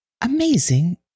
amazing